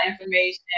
information